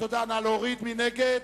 52 נגד,